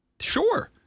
Sure